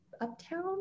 uptown